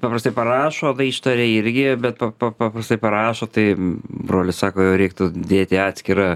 paprastai parašo ištaria irgi bet pa pa paprastai parašo tai brolis sako reiktų dėt į atskirą